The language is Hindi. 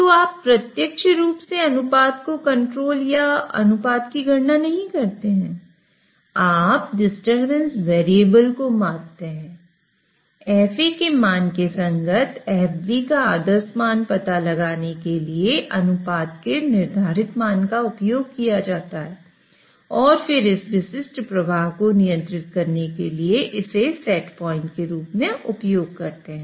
तो आप प्रत्यक्ष रूप से अनुपात को कंट्रोल या अनुपात की गणना नहीं करते हैं आप डिस्टरबेंस वेरिएबल को मापते हैं FA के मान के संगत FB का आदर्श मान पता लगाने के लिए अनुपात के निर्धारित मान का उपयोग करते हैं और फिर इस विशिष्ट प्रवाह को नियंत्रित करने के लिए इसे सेट पॉइंट के रूप में उपयोग करते हैं